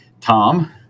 Tom